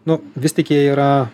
nu vis tik jie yra